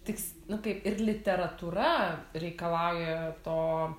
tiks nu kaip ir literatūra reikalauja to